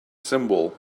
symbol